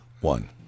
one